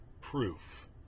Proof